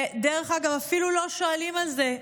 דרך אגב, אפילו לא שואלים על זה.